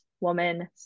woman